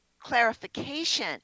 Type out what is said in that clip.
clarification